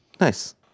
Nice